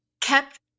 kept